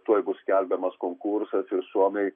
tuoj bus skelbiamas konkursas ir suomiai